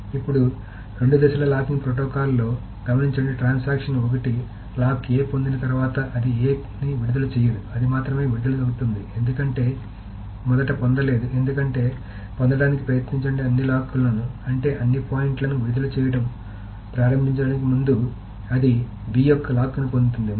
ఇప్పుడు రెండు దశల లాకింగ్ ప్రోటోకాల్లో గమనించండి ట్రాన్సాక్షన్ ఒకటి లాక్ A పొందిన తర్వాత అది A ని విడుదల చేయదు అది మాత్రమే విడుదల అవుతుంది ఎందుకంటే అది మొదట పొందలేదు ఎందుకంటే పొందడానికి ప్రయత్నించండి అన్ని లాక్లను అంటే అన్ని పాయింట్లను విడుదల చేయడం ప్రారంభించడానికి ముందు అది B యొక్క లాక్ను పొందుతుంది